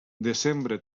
desembre